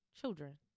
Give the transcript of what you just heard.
children